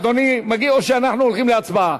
אדוני מגיב, או שאנחנו הולכים להצבעה?